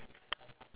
ya